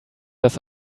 das